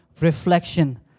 reflection